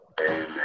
Amen